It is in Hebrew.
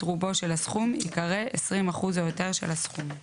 רובו של הסכום" ייקרא "20% או יותר של הסכום";